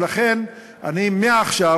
ולכן אני מעכשיו,